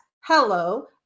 hello